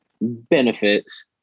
Benefits